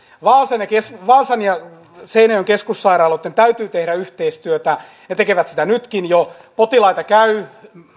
vaasan ja seinäjoen keskussairaaloitten täytyy tehdä yhteistyötä ne tekevät sitä jo nytkin potilaita käy